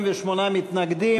48 מתנגדים.